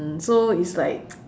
mm so it's like